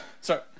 Sorry